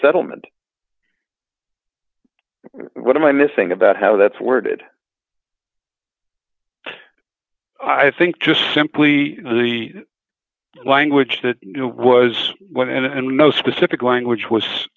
settlement what am i missing about how that's worded i think just simply the language that was when and no specific language was